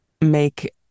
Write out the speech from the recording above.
make